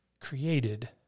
created